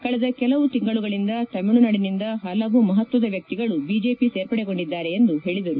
ಕಳೆದ ಕೆಲವು ತಿಂಗಳುಗಳಿಂದ ತಮಿಳುನಾಡಿನಿಂದ ಹಲವು ಮಹತ್ವದ ವ್ಯಕ್ತಿಗಳು ಬಿಜೆಪಿ ಸೇರ್ಪಡೆಗೊಂಡಿದ್ದಾರೆ ಎಂದು ಹೇಳಿದರು